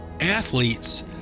athletes